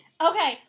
Okay